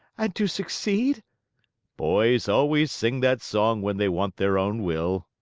and to succeed boys always sing that song when they want their own will.